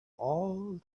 all